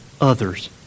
Others